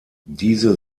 diese